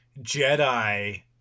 Jedi